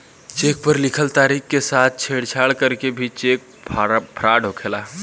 check पर लिखल तारीख के साथ छेड़छाड़ करके भी चेक फ्रॉड होखेला